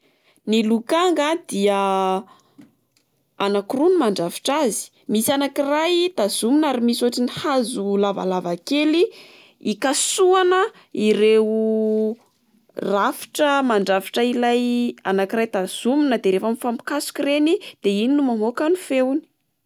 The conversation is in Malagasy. Ny lokanga dia anaky roa no mandrafitra azy, misy anak'iray tazomina ary misy otrany hazo lavalava kely hikasoana ireo rafitra mandrafitra ilay anak'iray tazomina, de rehefa mifampikasoka ireny de iny no mamoka ny feony.